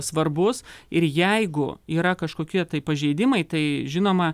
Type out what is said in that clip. svarbus ir jeigu yra kažkokie pažeidimai tai žinoma